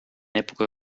època